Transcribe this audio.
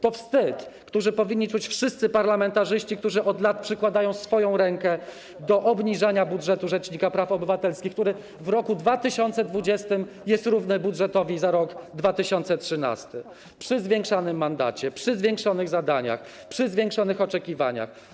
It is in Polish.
To wstyd, którzy powinni czuć wszyscy parlamentarzyści, którzy od lat przykładają rękę do obniżania budżetu rzecznika praw obywatelskich, który w roku 2020 jest równy budżetowi za rok 2013, przy zwiększonym mandacie, przy zwiększonych zadaniach, przy zwiększonych oczekiwaniach.